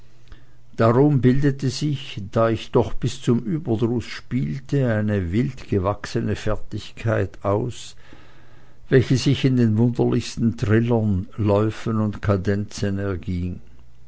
darum bildete sich da ich doch bis zum übermaß spielte eine wildgewachsene fertigkeit aus welche sich in den wunderlichsten trillern läufen und kadenzen erging